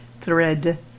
thread